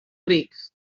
ric